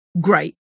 great